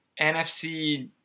NFC